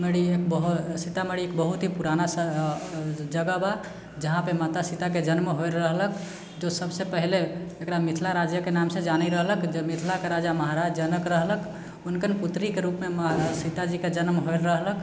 मढ़ि एक बहु सीतामढ़ी एक बहुत ही पुराना शहर जगह बा जहाँपर माता सीताके जन्म होइल रहलक जे सभसँ पहिले एकरा मिथिला राज्यके नामसँ जानै रहलक मिथिलाके राजा महाराज जनक रहलक हुनकर पुत्रीके रुपमे माँ सीताजीके जन्म होइल रहलक